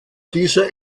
dieser